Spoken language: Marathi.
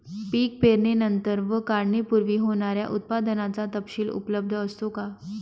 पीक पेरणीनंतर व काढणीपूर्वी होणाऱ्या उत्पादनाचा तपशील उपलब्ध असतो का?